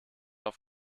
auf